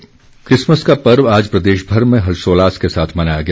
Christmas Christmas का पर्व आज प्रदेशभर में हर्षोल्लास के साथ मनाया गया